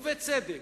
ובצדק,